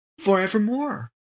forevermore